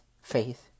faith